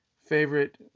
favorite